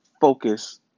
focus